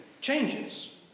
changes